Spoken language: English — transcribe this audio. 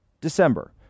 December